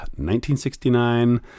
1969